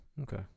Okay